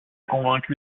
convaincu